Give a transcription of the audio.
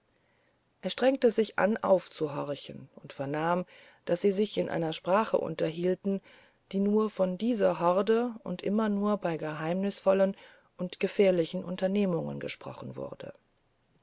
er strengte sich an aufzuhorchen und vernahm daß sie sich in einer sprache unterhielten die nur von dieser horde und immer nur bei geheimnisvollen oder gefährlichen unternehmungen gesprochen wurde